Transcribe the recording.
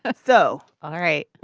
ah so all right.